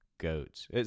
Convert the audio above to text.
Goats